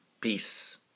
Peace